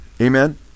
Amen